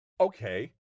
Okay